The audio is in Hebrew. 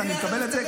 ואני מקבל את זה.